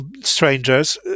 strangers